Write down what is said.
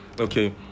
Okay